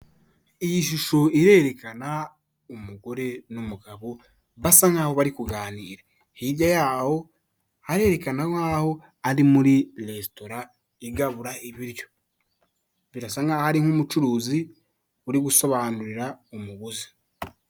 Iyi shusho irerekana umugore n'umugabo basa nkaho barikuganira. Hirya yaho harerekana nkaho ari muri resitora, igabura ibiryo. Birasa nkaho ari nk'umucuruzi uri gusobanurira umuguzi.